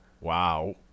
Wow